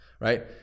right